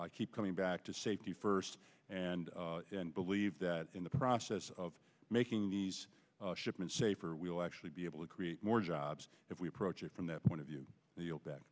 i keep coming back to safety first and then believe that in the process of making these shipments safer we will actually be able to create more jobs if we approach it from that point of view